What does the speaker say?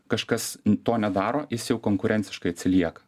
kažkas to nedaro jis jau konkurenciškai atsilieka